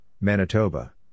Manitoba